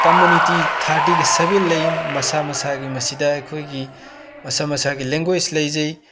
community ꯊꯥꯔꯇꯤꯒ ꯁꯕꯦꯟ ꯂꯩ ꯃꯁꯥ ꯃꯁꯥꯒꯤ ꯃꯁꯤꯗ ꯑꯩꯈꯣꯏꯒꯤ ꯃꯁꯥ ꯃꯁꯥꯒꯤ ꯂꯦꯡꯒꯣꯏꯖ ꯂꯩꯖꯩ